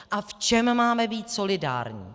A v čem máme být solidární.